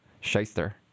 shyster